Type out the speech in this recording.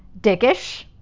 dickish